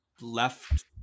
left